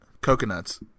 Coconuts